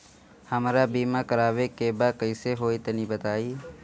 हमरा बीमा करावे के बा कइसे होई तनि बताईं?